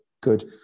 good